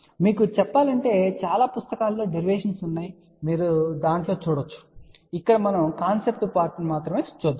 కానీ మీకు చెప్పాలంటే చాలా పుస్తకాలలో డెరివేషన్స్ ఉన్నాయి మీరు దానిని త్వరగా చూడవచ్చు కానీ ఇక్కడ మనము మీకు కాన్సెప్ట్ పార్ట్ చెప్పాలనుకుంటున్నాము